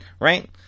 Right